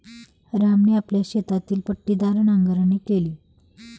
रामने आपल्या शेतातील पट्टीदार नांगरणी केली